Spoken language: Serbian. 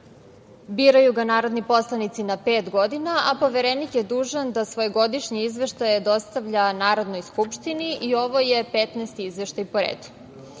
Biraju ga narodni poslanici na pet godina, a Poverenik je dužan da svoj godišnji izveštaj dostavlja Narodnoj skupštini i ovo je 15 izveštaj po redu.